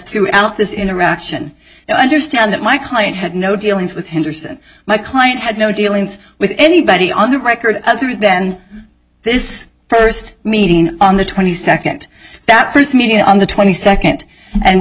throughout this interaction i understand that my client had no dealings with him percent my client had no dealings with anybody on the record other than this first meeting on the twenty second that first meeting on the twenty second and